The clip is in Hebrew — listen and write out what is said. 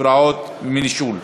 מפרעות ומנישול.